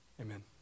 Amen